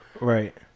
Right